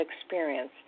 experience